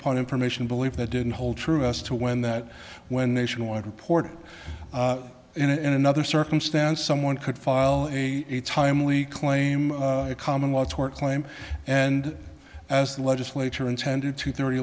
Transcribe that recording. upon information believe that didn't hold true us to when that when nationwide reported in another circumstance someone could file a timely claim common law tort claim and as the legislature intended to thirty